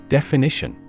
Definition